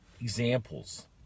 examples